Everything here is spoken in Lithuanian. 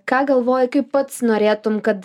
ką galvoji kaip pats norėtum kad